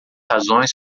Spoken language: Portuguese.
razões